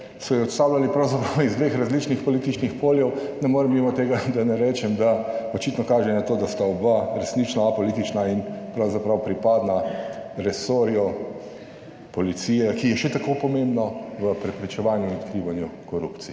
so jo odstavljali pravzaprav iz dveh različnih političnih polj, ne morem mimo tega, da ne rečem, da očitno kaže na to, da sta oba resnično apolitična in pravzaprav pripadna resorju policije, ki je še tako pomembno v preprečevanju in odkrivanju korupcije.